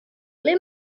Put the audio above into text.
ble